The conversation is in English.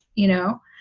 you know?